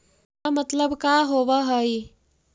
बीमा मतलब का होव हइ?